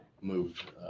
moved